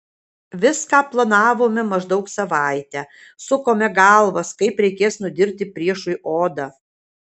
viską planavome maždaug savaitę sukome galvas kaip reikės nudirti priešui odą